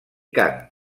cant